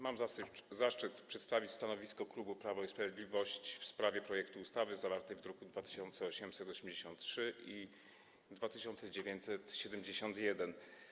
Mam zaszczyt przedstawić stanowisko klubu Prawo i Sprawiedliwość w sprawie projektu ustawy zawartego w drukach nr 2883 i 2971.